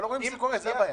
זאת הבעיה.